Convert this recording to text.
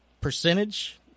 percentage